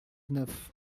neuf